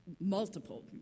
multiple